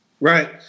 Right